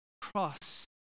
cross